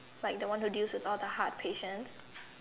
like the one who deals with all the heart patients